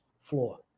floor